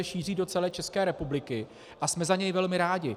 Šíří se do celé České republiky a jsme za něj velmi rádi.